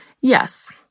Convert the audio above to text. Yes